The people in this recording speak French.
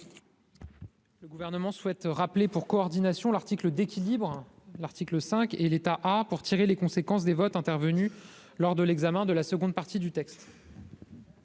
Le Gouvernement souhaite rappeler pour coordination l'article d'équilibre, à savoir l'article 5 et l'état A, pour tirer les conséquences des votes intervenus lors de l'examen de la seconde partie du texte.